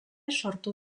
sortu